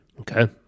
okay